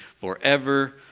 forever